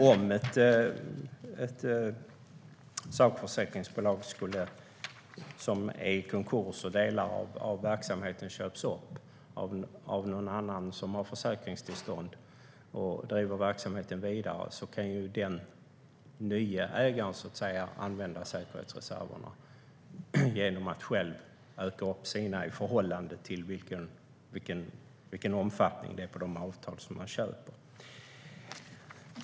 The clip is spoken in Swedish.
Om ett sakförsäkringsbolag skulle gå i konkurs och delar av verksamheten skulle köpas upp av någon annan med försäkringstillstånd som driver verksamheten vidare kan ju den nya ägaren använda säkerhetsreserverna genom att öka sina i förhållande till vilken omfattning det är på de avtal som man köper.